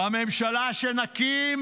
בממשלה שנקים,